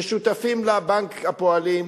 ששותפים לה בנק הפועלים,